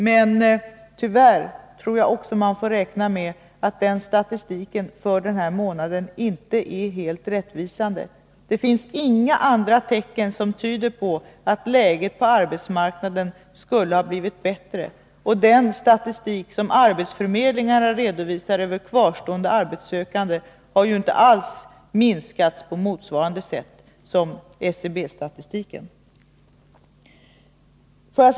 Men jag tror också att man tyvärr får räkna med att statistiken för den senaste månaden inte är helt rättvisande. Det finns inga andra tecken som tyder på att läget på arbetsmarknaden skulle ha blivit bättre. Den statistik som arbetsförmedlingarna redovisar över kvarstående arbetssökande visar inte alls på motsvarande sätt som SCB-statistiken att arbetslösheten minskat.